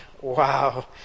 wow